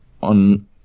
on